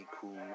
cool